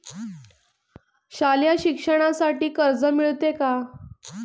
शालेय शिक्षणासाठी कर्ज मिळते का?